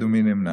מי נמנע?